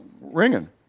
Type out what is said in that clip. ringing